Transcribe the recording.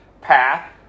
path